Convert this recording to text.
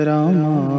Rama